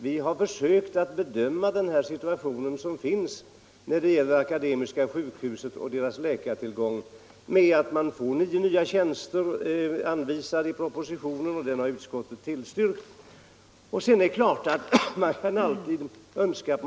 Vi har försökt bedöma frågan om läkartillgången vid Akademiska sjukhuset mot bakgrunden av att sjukhuset i propositionen, som utskottet tillstyrker, anvisats nio nya tjänster.